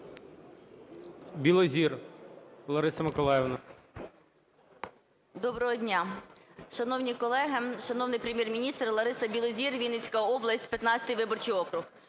Доброго дня, шановні колеги, шановний Прем'єр-міністре! Лариса Білозір, Вінницька область, 15 виборчий округ.